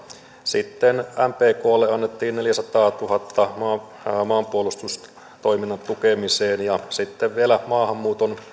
sitten mpklle annettiin neljänsadantuhannen maanpuolustustoiminnan tukemiseen ja sitten vielä maahanmuuton